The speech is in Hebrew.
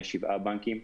יש שבעה בנקים,